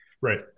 Right